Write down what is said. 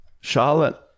Charlotte